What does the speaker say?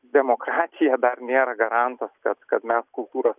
demokratija dar nėra garantas kad kad mes kultūros